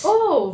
oh